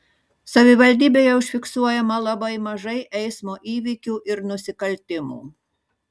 savivaldybėje užfiksuojama labai mažai eismo įvykių ir nusikaltimų